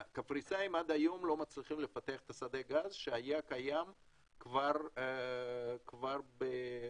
הקפריסאים עד היום לא מצליחים לפתח את שדה הגז שהיה קיים כבר ב-2010,